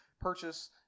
purchase